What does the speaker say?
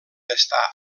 està